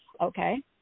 Okay